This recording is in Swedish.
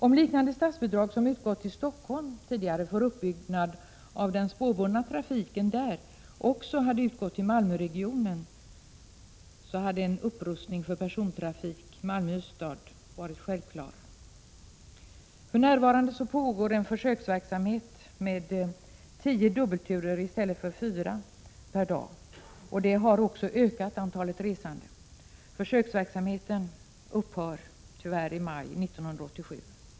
Om liknande statsbidrag som tidigare utgått för uppbyggnad av den spårbundna trafiken i Stockholm också hade utgått till Malmöregionen hade en upprustning av persontrafiken Malmö-Ystad varit självklar. För närvarande pågår en försöksverksamhet med tio dubbelturer per dag i stället för fyra, och det har medfört en ökning av antalet resande. Försöksverksamheten upphör tyvärr i maj 1987.